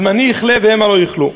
זמני יכלה והמה לא יכלו,